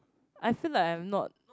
I feel like I'm not